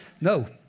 No